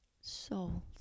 souls